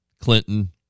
Clinton